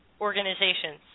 organizations